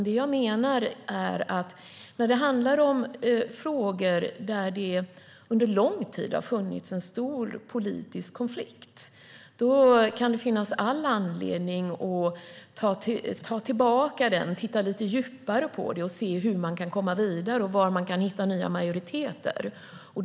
Det jag menar är att det i frågor där det har funnits en stor politisk konflikt under lång tid kan finnas all anledning att dra tillbaka utredningen, titta lite djupare på det och se hur man kan komma vidare och var man kan hitta nya majoriteter.